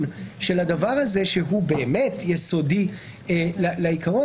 של הדבר הזה שהוא באמת יסודי לעיקרון,